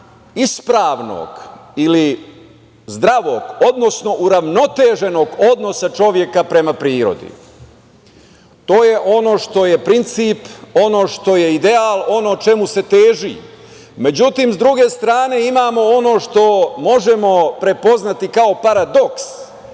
ispravnog ili zdravog, odnosno uravnoteženog odnosa čoveka prema prirodi. To je ono što je princip, ono što je ideal, ono čemu se teži.Međutim, sa druge strane imamo ono što možemo prepoznati, kao paradoks,